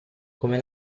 come